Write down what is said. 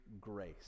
grace